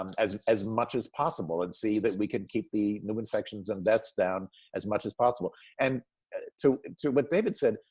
um as as much as possible and see that we can keep the new infections and deaths down as much as possible and to and what but david said,